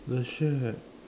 the shed